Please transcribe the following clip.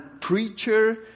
preacher